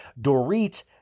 Dorit